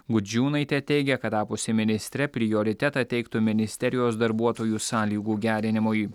gudžiūnaitė teigia kad tapusi ministre prioritetą teiktų ministerijos darbuotojų sąlygų gerinimui